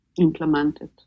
implemented